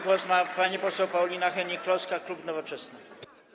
Głos ma pani poseł Paulina Hennig-Kloska, klub Nowoczesna.